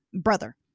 brother